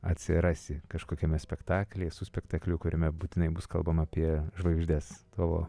atsirasi kažkokiame spektaklyje su spektakliu kuriame būtinai bus kalbama apie žvaigždes tavo